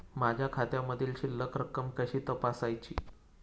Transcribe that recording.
माझ्या खात्यामधील शिल्लक रक्कम कशी तपासायची?